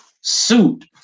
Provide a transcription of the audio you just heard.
suit